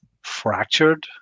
fractured